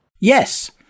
Yes